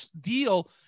deal